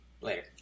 later